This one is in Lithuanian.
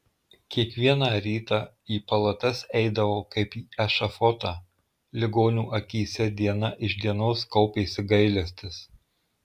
kiekvieną rytą į palatas eidavau kaip į ešafotą ligonių akyse diena iš dienos kaupėsi gailestis